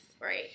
Right